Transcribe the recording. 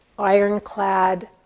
ironclad